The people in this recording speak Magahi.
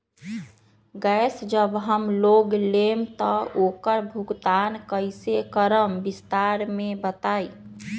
गैस जब हम लोग लेम त उकर भुगतान कइसे करम विस्तार मे बताई?